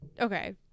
okay